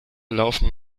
laufen